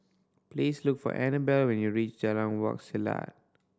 please look for Anabel when you reach Jalan Wak Selat